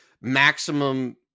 maximum